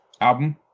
album